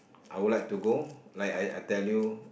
I would like to go like like I tell you